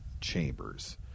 Chambers